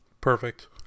Perfect